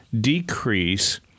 decrease